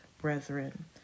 brethren